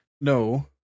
no